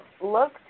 look